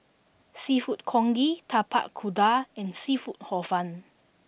seafood Congee Tapak Kuda and seafood Hor Fun